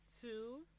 two